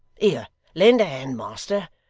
here! lend a hand, master.